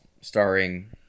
starring